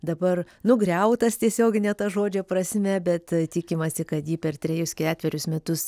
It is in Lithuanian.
dabar nugriautas tiesiogine to žodžio prasme bet tikimasi kad jį per trejus ketverius metus